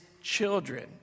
children